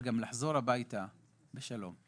וגם לחזור הביתה בשלום.